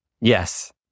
Yes